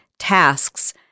tasks